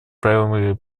правилами